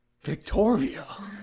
Victoria